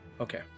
Okay